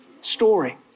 story